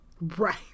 Right